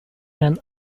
and